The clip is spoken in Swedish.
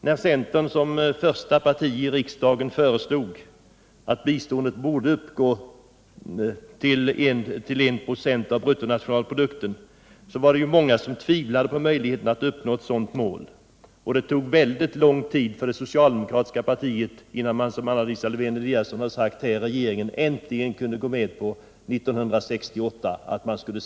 När centern som första parti i riksdagen föreslog att biståndet skulle uppgå till I 26 av bruttonationalprodukten var det många som tvivlade på möjligheterna att uppnå ett sådant mål. Det tog mycket lång tid innan det socialdemokratiska partiet och regeringen, som Anna Lisa Lewén-Eliasson sade, 1968 äntligen gick med på att uppställa det målet.